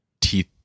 teeth